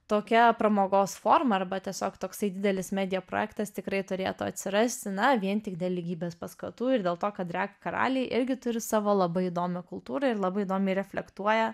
tokia pramogos forma arba tiesiog toksai didelis media projektas tikrai turėtų atsirasti na vien tik dėl lygybės paskatų ir dėl to kad drag karaliai irgi turi savo labai įdomią kultūrą ir labai įdomiai reflektuoja